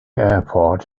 airport